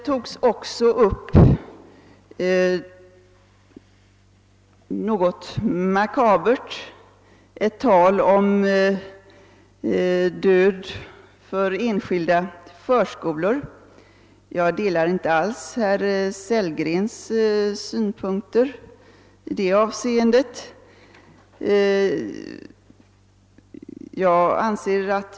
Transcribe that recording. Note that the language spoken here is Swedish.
Något makabert talades här också om död för enskilda förskolor. Jag delar inte alls herr Sellgrens farhågor i detta avseende.